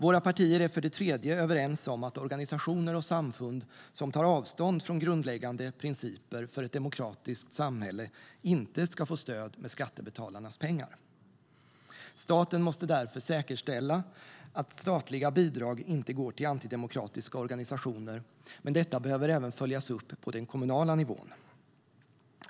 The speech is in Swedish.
För det tredje är våra partier överens om att organisationer och samfund som tar avstånd från grundläggande principer för ett demokratiskt samhälle inte ska få stöd med skattebetalarnas pengar. Staten måste därför säkerställa att statliga bidrag inte går till antidemokratiska organisationer, men detta behöver även följas upp på den kommunala nivån.